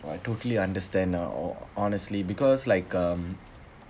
I totally understand uh ho~ honestly because like um